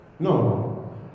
No